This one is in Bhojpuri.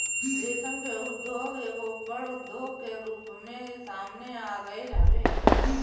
रेशम के उद्योग एगो बड़ उद्योग के रूप में सामने आगईल हवे